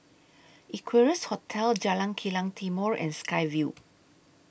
Equarius Hotel Jalan Kilang Timor and Sky Vue